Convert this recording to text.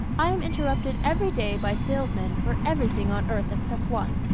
i am interrupted every day by salesmen for everything on earth except one.